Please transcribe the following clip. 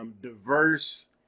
diverse